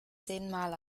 zehnmal